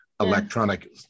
electronic